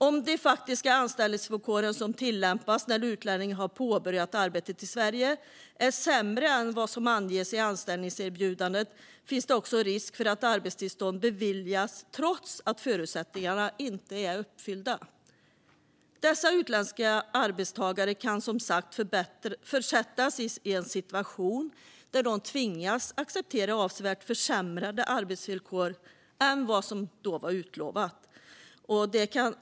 Om de faktiska anställningsvillkoren som tillämpas när en utlänning har påbörjat arbetet i Sverige är sämre än vad som anges i anställningserbjudandet finns det också en risk för att arbetstillstånd beviljas trots att förutsättningarna inte är uppfyllda. Dessa utländska arbetstagare kan som sagt försättas i en situation där de tvingas acceptera avsevärt sämre arbetsvillkor än vad som utlovats.